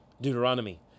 Deuteronomy